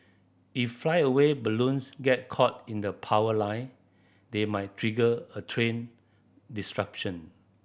if flyaway balloons get caught in the power line they might trigger a train disruption